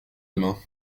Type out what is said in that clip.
demain